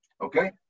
Okay